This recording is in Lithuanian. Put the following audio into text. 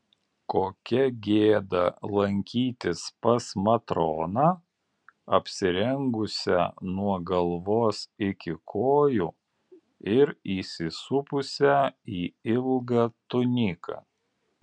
kokia gėda lankytis pas matroną apsirengusią nuo galvos iki kojų ir įsisupusią į ilgą tuniką